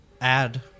add